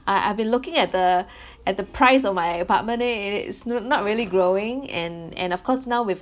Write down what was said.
uh I've been looking at the at the price of my apartment it it is n~ not really growing and and of course now with